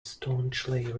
staunchly